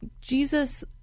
Jesus